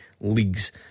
leagues